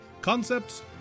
concepts